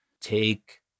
take